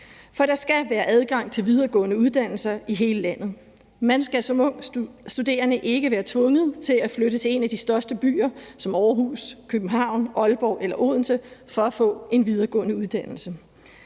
For der skal være adgang til videregående uddannelser i hele landet. Man skal som ung studerende ikke være tvunget til at flytte til en af de største byer som Aarhus, København, Aalborg eller Odense for at få en videregående uddannelse.